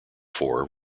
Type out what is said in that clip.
four